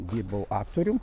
dirbau aktorium